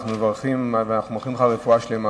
אנחנו מברכים, ואנחנו מאחלים לך רפואה שלמה.